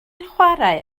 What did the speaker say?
chwarae